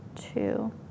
two